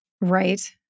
right